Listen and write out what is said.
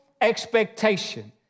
expectation